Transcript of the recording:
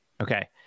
Okay